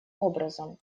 образом